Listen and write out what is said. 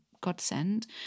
godsend